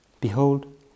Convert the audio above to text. behold